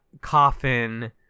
Coffin